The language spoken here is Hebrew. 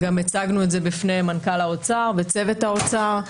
גם הצגנו את זה בפני מנכ"ל האוצר וצוות האוצר.